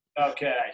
Okay